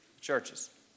Churches